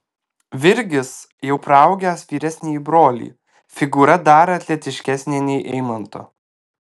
virgis jau praaugęs vyresnįjį brolį figūra dar atletiškesnė nei eimanto